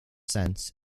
sense